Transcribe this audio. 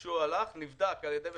שהוא הלך, נבדק על ידי מפקחים,